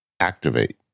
activate